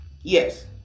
Yes